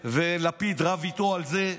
ולפיד רב איתו על זה.